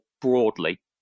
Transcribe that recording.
broadly